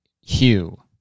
Hugh